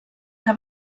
què